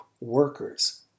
workers